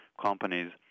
companies